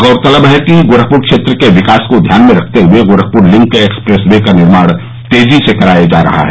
गौरतलब है कि गोरखपुर क्षेत्र के विकास को ध्यान में रखते हुए गोरखपुर लिंक एक्सप्रेस वे का निर्माण तेजी से कराया जा रहा है